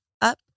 up